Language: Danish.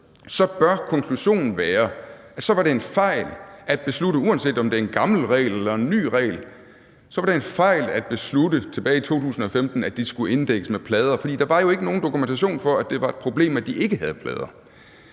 bør konklusionen være, at det var en fejl tilbage i 2015 at beslutte – og det er, uanset om det er en gammel regel eller en ny regel – at de skulle inddækkes med plader. Der var jo ikke nogen dokumentation for, at det var et problem, at de ikke havde plader.